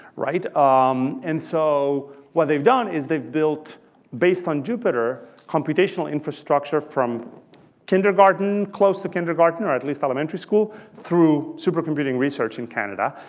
um and so what they've done is they've built based on jupyter computational infrastructure from kindergarten, close to kindergarten, or at least elementary school through supercomputing research in canada.